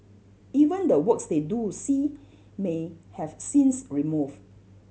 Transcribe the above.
even the works they do see may have scenes removed